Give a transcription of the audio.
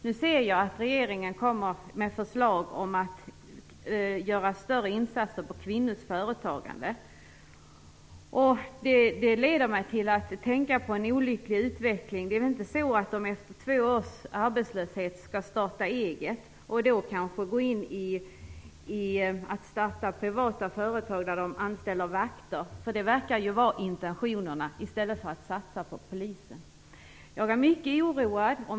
Nu ser jag att regeringen kommer med förslag om att göra större insatser när det gäller kvinnors företagande. Det leder mig till att tänka på en olycklig utveckling. Är det inte så att de efter två års arbetslöshet skall starta egna privata företag där de anställer vakter - det verkar ju vara intentionerna - i stället för att satsa på polisen? Jag är mycket oroad.